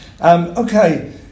okay